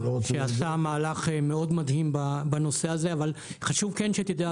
שעשה מהלך מדהים בנושא הזה אבל חשוב כן שתדע,